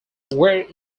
were